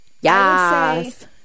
Yes